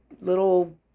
little